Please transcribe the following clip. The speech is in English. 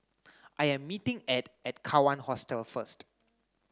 I am meeting Edd at Kawan Hostel first